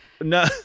No